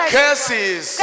curses